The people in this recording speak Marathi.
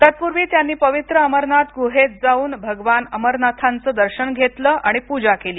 तत्पूर्वी त्यांनी पवित्र अमरनाथ गुहेत जावून भगवान अमरनाथांच दर्शन घेतलं आणि पूजा केली